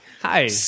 Hi